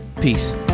Peace